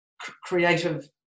creative